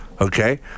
Okay